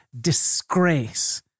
disgrace